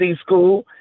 school